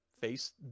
face